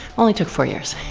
only took four years.